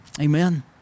Amen